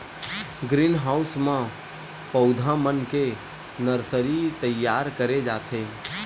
green house म पउधा मन के नरसरी तइयार करे जाथे